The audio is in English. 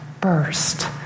burst